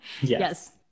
yes